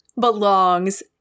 belongs